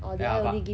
ya but